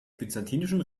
byzantinischen